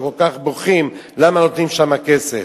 שכל כך בוכים למה נותנים שם כסף.